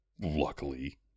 Luckily